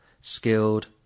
skilled